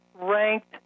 ranked